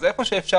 אז איפה שאפשר,